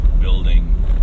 building